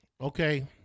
Okay